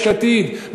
יש עתיד,